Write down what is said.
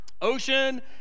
Ocean